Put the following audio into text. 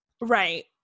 Right